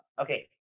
Okay